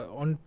on